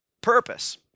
purpose